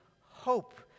hope